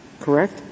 Correct